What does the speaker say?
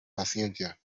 paciencia